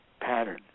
pattern